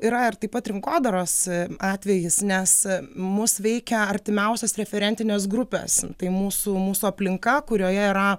yra ir taip pat rinkodaros atvejis nes mus veikia artimiausios referentinės grupės tai mūsų mūsų aplinka kurioje yra